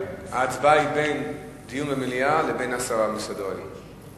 ההצבעה היא בין דיון במליאה לבין הסרה מסדר-היום.